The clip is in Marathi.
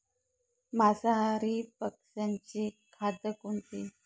मांसाहारी पक्ष्याचे खाद्य कोणते?